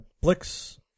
Blix